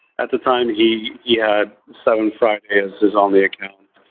at the time, he had sevenfriday as his only account.